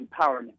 empowerment